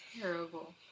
terrible